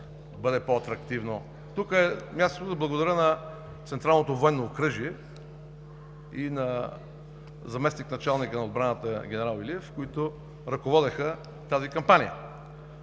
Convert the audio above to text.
благодаря на Централното военно окръжие и на заместник-началника на отбраната генерал Илиев, които ръководеха тази кампания.